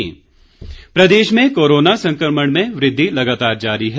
Himachal corona Pradesh में corona संक्रमण में वृद्धि लगातार जारी है